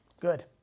Good